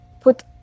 put